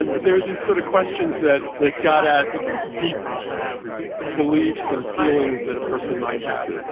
and they were these sort of questions that that got at deep beliefs and feelings that a person might have.